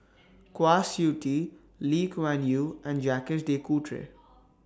Kwa Siew Tee Lee Kuan Yew and Jacques De Coutre